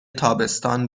تابستان